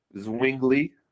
Zwingli